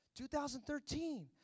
2013